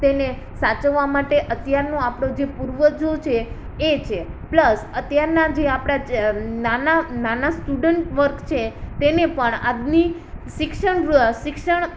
તેને સાચવવા માટે અત્યારનો આપણા જે પૂર્વજો છે એ છે પ્લસ અત્યારના જે આપણા જે નાના નાના સ્ટુડન્ટ વર્ગ છે તેને પણ આજની શિક્ષણ શિક્ષણ